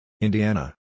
Indiana